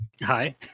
Hi